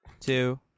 two